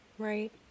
Right